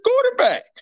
quarterback